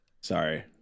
Sorry